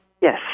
yes